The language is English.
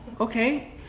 okay